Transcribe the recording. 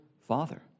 Father